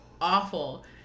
awful